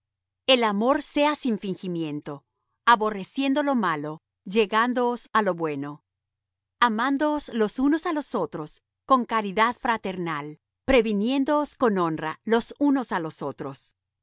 el amor sea sin fingimiento aborreciendo lo malo llegándoos á lo bueno amándoos los unos á los otros con caridad fraternal previniéndoos con honra los unos á los otros